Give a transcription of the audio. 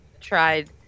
tried